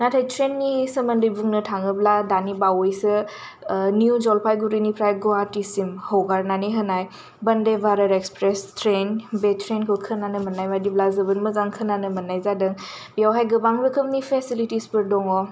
नाथाय ट्रेननि सोमोनदै बुंनो थाङोब्ला दानि बावयैसो निउ जलफायगुरिनिफ्राय गुवाहातिसिम हगारनानै होनाय बन्दे भारत इक्सफ्रेस ट्रेन बे ट्रेनखौ खोनानो मोननाय बादिब्ला जोबोद मोजां खोनानो मोननाय जादों बेवहाय गोबां रोखोमनि फेसिलिथिसफोर दङ